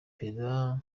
perezida